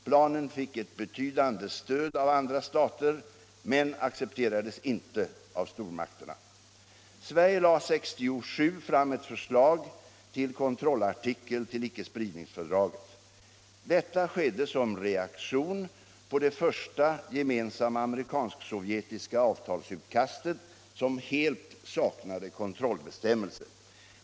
Planen fick ett betydande stöd av andra stater men accepterades inte av stormakterna. Sverige lade 1967 fram ett förslag till kontrollartikel till icke-spridningsfördraget. Detta skedde som reaktion på det första gemensamma amerikansk-sovjetiska avtalsutkastet, som helt saknade kontrollbestämmelse.